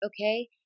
Okay